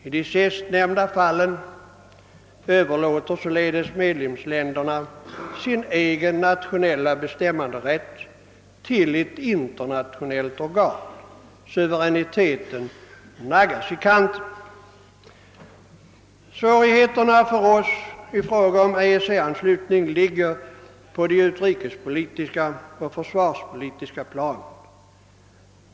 I de sistnämnda fallen överlåter således medlemsländerna sin nationella bestämmanderätt till ett internationellt organ. Suveräniteten naggas i kanten. Svårigheterna för oss i fråga om EEC anslutning ligger på de utrikespolitiska och försvarspolitiska planen.